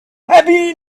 happy